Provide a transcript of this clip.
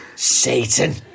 Satan